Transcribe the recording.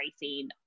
pricing